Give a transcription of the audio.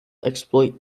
exploit